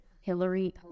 Hillary